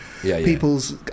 people's